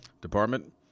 Department